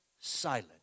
silent